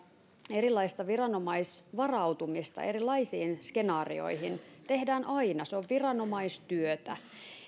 erilaista viranomaisvarautumista erilaisiin skenaarioihin tehdään aina se on viranomaistyötä